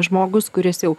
žmogus kuris jau